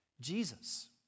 Jesus